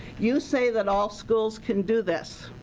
you say that all schools can do this.